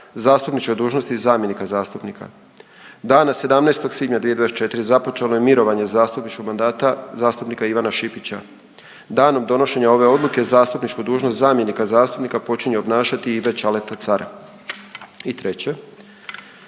zastupničke dužnosti zamjenika zastupnika. Dana 17. svibnja 2024. započelo je mirovanje zastupničkog mandata zastupnika Ivana Šipića. Danom donošenja ove odluke zastupničku dužnost zamjenika zastupnika počinje obnašati Ive Čaleta Car. I treće,